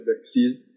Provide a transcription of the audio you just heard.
vaccines